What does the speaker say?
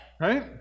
right